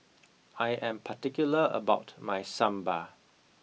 I am particular about my Sambar